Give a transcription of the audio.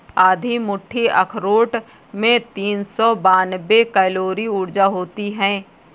आधी मुट्ठी अखरोट में तीन सौ बानवे कैलोरी ऊर्जा होती हैं